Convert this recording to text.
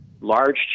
large